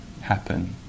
happen